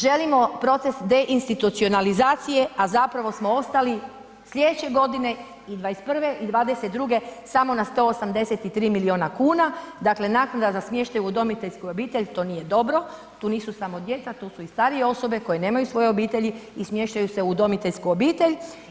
Želimo proces deinstitucionalizacije, a zapravo smo ostali slijedeće godine i '21. i '22. samo na 183 miliona kuna, dakle naknada za smještaj u udomiteljsku obitelj, to nije dobro, tu nisu samo djeca, tu su i starije osobe koje nemaju svoje obitelji i smještaju se u udomiteljsku obitelj.